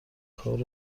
کار